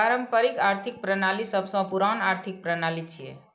पारंपरिक आर्थिक प्रणाली सबसं पुरान आर्थिक प्रणाली छियै